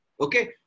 Okay